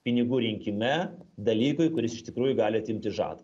pinigų rinkime dalykui kuris iš tikrųjų gali atimti žadą